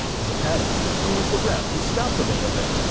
zapata, who was the ref who stoped the main event,